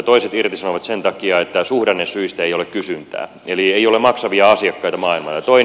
toiset irtisanovat sen takia että suhdannesyistä ei ole kysyntää eli ei ole maksavia asiakkaita maailmalla